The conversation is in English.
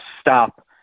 stop